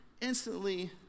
Instantly